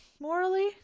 morally